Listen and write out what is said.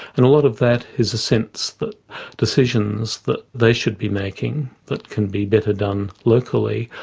and a lot of that is a sense that decisions that they should be making that can be better done locally,